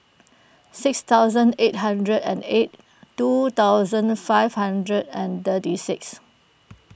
six thousand eight hundred and eight two thousand five hundred and thirty six